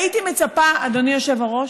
הייתי מצפה, אדוני היושב-ראש,